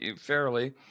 fairly